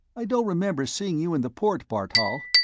i don't remember seeing you in the port, bartol.